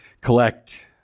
collect